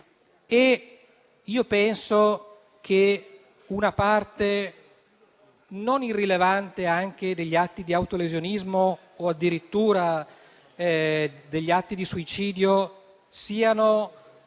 Io credo che una parte non irrilevante degli atti di autolesionismo o addirittura degli atti di suicidio riguardi